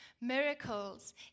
miracles